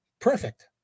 perfect